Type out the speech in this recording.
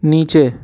نیچے